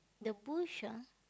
the bush ah